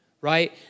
right